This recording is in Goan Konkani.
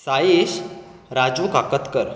साईश राजू काकतकर